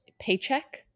paycheck